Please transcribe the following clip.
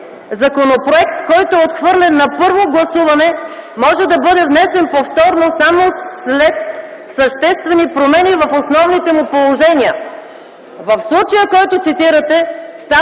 „Законопроект, който е отхвърлен на първо гласуване може да бъде внесен повторно само след съществени промени в основните му положения.” В случая, който цитирате, става